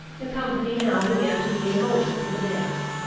the company now began to be in motion for the dance,